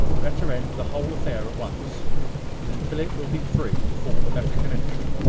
better end the whole affair at once and then philip will be free to form a better connection.